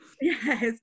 Yes